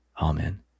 Amen